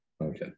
Okay